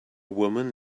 woman